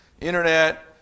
internet